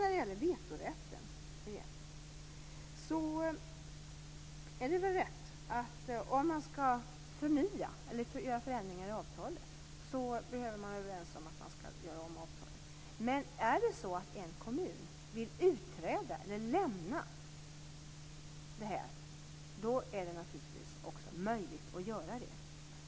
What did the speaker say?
När det gäller vetorätten är det väl rätt att om man skall göra förändringar i avtalet bör man vara överens. Men om en kommun vill utträda eller lämna är det naturligtvis möjligt.